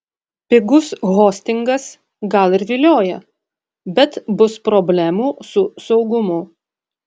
pigus hostingas gal ir vilioja bet bus problemų su saugumu